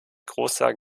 großer